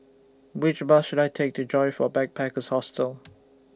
Which Bus should I Take to Joyfor Backpackers' Hostel